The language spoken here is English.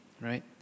right